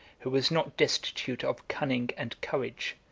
who was not destitute of cunning and courage,